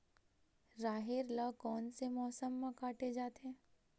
राहेर ल कोन से मौसम म काटे जाथे?